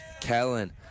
Kellen